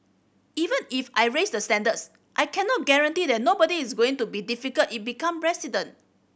even if I raise the standards I cannot guarantee that nobody is going to be difficult it become president